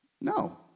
No